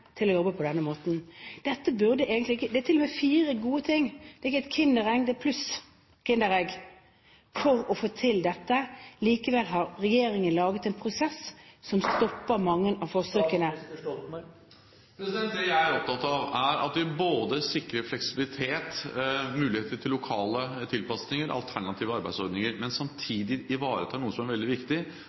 til å jobbe på denne måten. Det er til og med fire gode ting – det er ikke et kinderegg, det er et kinderegg pluss – for å få til dette. Likevel har regjeringen lagd en prosess som stopper mange av forslagene. Det jeg er opptatt av, er at vi både sikrer fleksibilitet, muligheter til lokale tilpasninger, alternative arbeidsordninger og samtidig ivaretar noe som er veldig viktig,